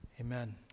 Amen